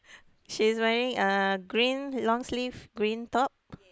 she's wearing a green long sleeve green top